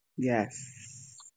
Yes